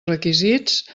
requisits